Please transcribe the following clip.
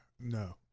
No